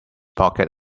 pocket